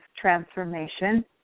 transformation